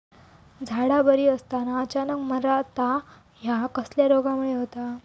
झाडा बरी असताना अचानक मरता हया कसल्या रोगामुळे होता?